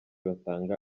batanga